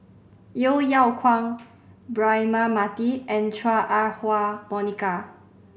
Yeo Yeow Kwang Braema Mathi and Chua Ah Huwa Monica